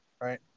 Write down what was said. right